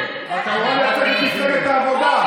חברת הכנסת לזימי,